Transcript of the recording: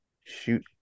Shoot